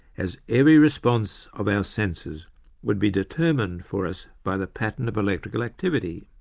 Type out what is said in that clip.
as every response of our senses would be determined for us by the pattern of electrical activity.